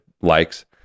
likes